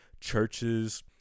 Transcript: churches